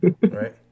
Right